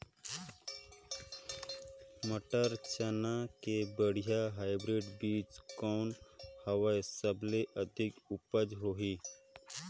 मटर, चना के बढ़िया हाईब्रिड बीजा कौन हवय? सबले अधिक उपज होही?